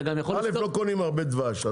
א' לא קונים הרבה דבש,